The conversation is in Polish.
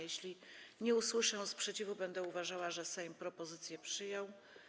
Jeśli nie usłyszę sprzeciwu, będę uważała, że Sejm propozycję przyjął.